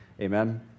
Amen